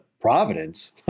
Providence